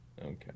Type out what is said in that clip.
Okay